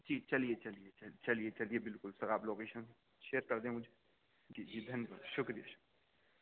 ٹھیک چلیے چلیے چلیے چلیے بالکل سر آپ لوکیشن شیئر کر دیں مجھے جی دھنیہ واد شکریہ